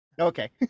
Okay